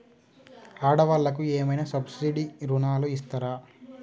ఆడ వాళ్ళకు ఏమైనా సబ్సిడీ రుణాలు ఇస్తారా?